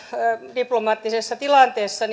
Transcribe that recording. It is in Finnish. diplomaattisessa tilanteessa